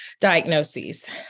diagnoses